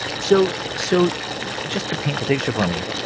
so so just to paint the picture for me,